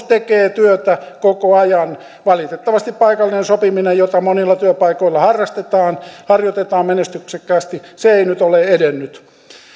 tekee työtä koko ajan valitettavasti paikallinen sopiminen jota monilla työpaikoilla harrastetaan harjoitetaan menestyksekkäästi ei nyt ole edennyt